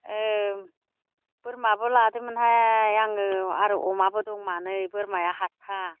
बोरमाबो लादोमोनहाय आङो आरो अमाबो दं मानै बोरमाया हाथथा